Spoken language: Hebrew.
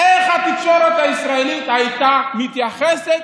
איך התקשורת הישראלית הייתה מתייחסת